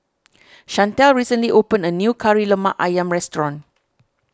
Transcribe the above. Shantell recently opened a new Kari Lemak Ayam restaurant